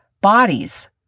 bodies